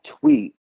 tweet